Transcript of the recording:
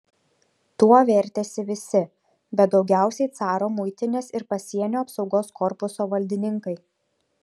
tuo vertėsi visi bet daugiausiai caro muitinės ir pasienio apsaugos korpuso valdininkai